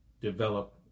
develop